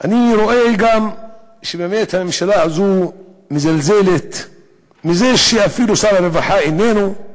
אני רואה גם שבאמת הממשלה הזו מזלזלת בזה שאפילו שר הרווחה איננו,